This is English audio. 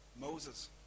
Moses